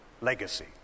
legacy